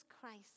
Christ